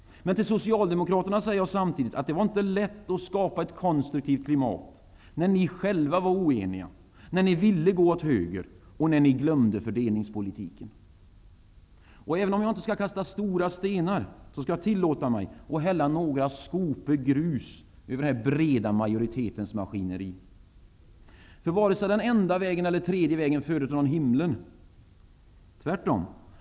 Till socialdemokraterna säger jag samtidigt att det inte var lätt att skapa ett konstruktivt klimat när ni själva var oeniga, när ni ville gå åt höger och när ni glömde fördelningspolitiken. Även om jag inte skall kasta stora stenar, så tillåter jag mig dock att hälla några skopor grus i den här breda majoritetens maskineri. Vare sig den enda vägen eller den tredje vägen förde till himmeln -- tvärtom.